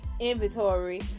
inventory